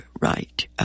right